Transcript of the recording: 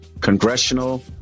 congressional